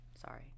Sorry